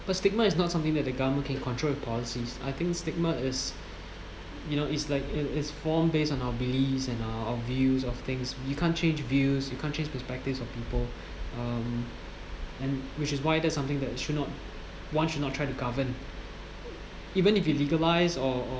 the stigma is not something that the government can control with policies I think stigma is you know it's like it is form based on our beliefs and our views of things you can't change views you can't change perspectives of people um and which is why that something that should not one should not try to govern even if you legalise or or